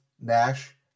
Nash